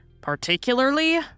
Particularly